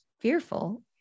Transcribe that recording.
fearful